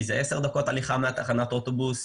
כי זה עשר דקות הליכה מתחנת האוטובוס,